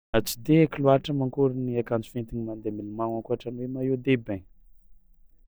A tsy de haiko loàtra mankôry ny akanjo fientigny mandeha milomagno ankoatran'ny maillot de bain.